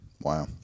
wow